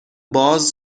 باز